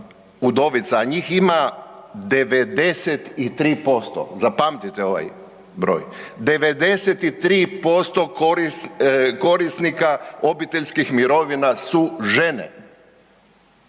udovica, a njih ima 93%, zapamtite ovaj broj 93% korisnika obiteljskih mirovina su žene.